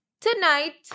tonight